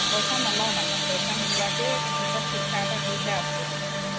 পইচা নলওঁ মানে পইচা নোলোৱাকেই তেওঁলোকক শিক্ষা এটা দিহে আছোঁ আৰু